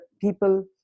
people